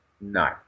No